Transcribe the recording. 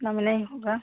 उतना में नहीं होगा